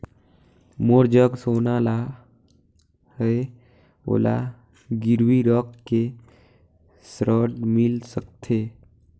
मोर जग सोना है ओला गिरवी रख के ऋण मिल सकथे?